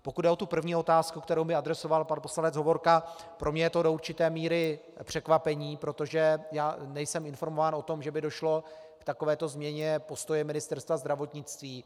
Pokud jde o první otázku, kterou mi adresoval pan poslanec Hovorka, pro mě je to do určité míry překvapení, protože nejsem informován o tom, že by došlo k takovéto změně postoje Ministerstva zdravotnictví.